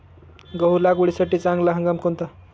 गहू लागवडीसाठी चांगला हंगाम कोणता?